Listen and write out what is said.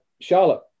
Charlotte